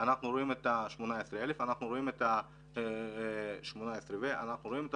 אנחנו רואים 18,000 ש"ח ואנחנו רואים את